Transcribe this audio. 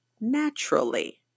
naturally